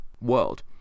world